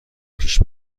پیش